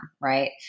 right